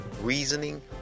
reasoning